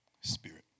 Spirit